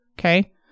Okay